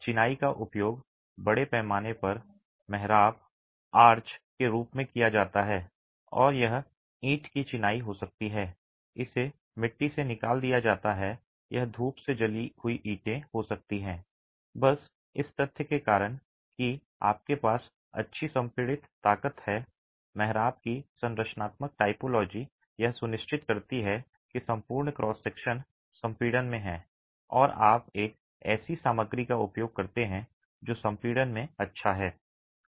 चिनाई का उपयोग बड़े पैमाने पर मेहराब आर्च के रूप में किया जाता है और यह ईंट की चिनाई हो सकती है इसे मिट्टी से निकाल दिया जा सकता है यह धूप से जली हुई ईंटें हो सकती हैं बस इस तथ्य के कारण कि आपके पास अच्छी संपीड़ित ताकत है मेहराब की संरचनात्मक टाइपोलॉजी यह सुनिश्चित करती है कि संपूर्ण क्रॉस सेक्शन संपीड़न में है और आप एक ऐसी सामग्री का उपयोग करते हैं जो संपीड़न में अच्छा है